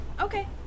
Okay